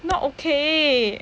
not okay